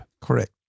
Correct